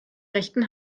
rechten